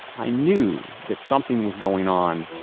i knew that something was going on.